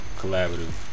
collaborative